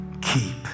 keep